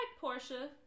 Portia